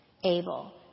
able